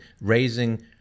raising